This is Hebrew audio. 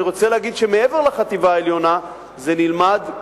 אני רוצה להגיד שמעבר לחטיבה העליונה זה נלמד,